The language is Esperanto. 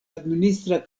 administra